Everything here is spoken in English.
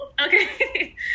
okay